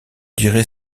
dirai